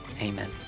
Amen